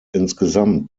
insgesamt